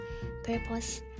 Purpose